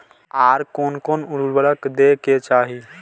आर कोन कोन उर्वरक दै के चाही?